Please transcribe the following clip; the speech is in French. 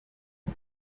est